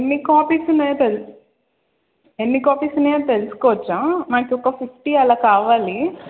ఎన్ని కాపిసున్నాయో తెలు ఎన్ని కాపిసున్నాయో తెలుసుకోవచ్చా నాకు ఒక ఫిఫ్టీ అలా కావాలి